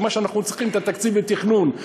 ומה שאנחנו צריכים זה את התקציב לתכנון,